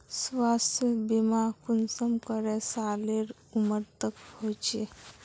स्वास्थ्य बीमा कुंसम करे सालेर उमर तक होचए?